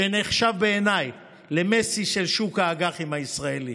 שנחשב בעיניי למֵסי של שוק האג"חים הישראלי.